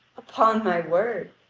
upon my word,